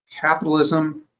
capitalism